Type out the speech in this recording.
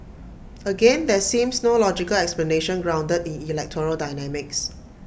again there seems no logical explanation grounded in electoral dynamics